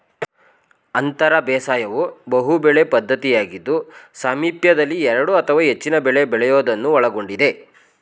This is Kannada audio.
ಅಂತರ ಬೇಸಾಯವು ಬಹುಬೆಳೆ ಪದ್ಧತಿಯಾಗಿದ್ದು ಸಾಮೀಪ್ಯದಲ್ಲಿ ಎರಡು ಅಥವಾ ಹೆಚ್ಚಿನ ಬೆಳೆ ಬೆಳೆಯೋದನ್ನು ಒಳಗೊಂಡಿದೆ